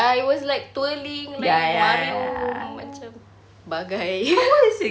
ya it was like twirling like mario macam bagai